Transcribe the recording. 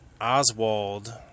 oswald